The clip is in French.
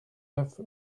neuf